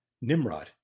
Nimrod